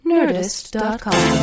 Nerdist.com